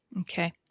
Okay